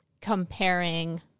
comparing